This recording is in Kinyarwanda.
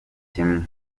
kimwe